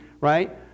right